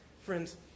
Friends